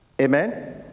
Amen